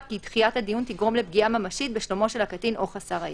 כי דחיית הדיון תגרום לפגיעה ממשית בשלומו של הקטין או חסר הישע,